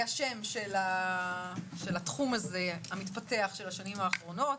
השם של התחום המתפתח הזה בשנים האחרונות: